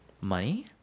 money